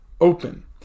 open